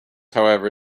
however